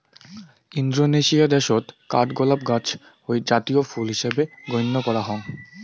Indonesia দ্যাশত কাঠগোলাপ গছ জাতীয় ফুল হিসাবে গইণ্য করাং হই